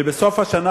ובסוף השנה,